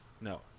No